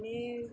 आनी